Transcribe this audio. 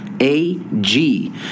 A-G